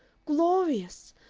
glorious!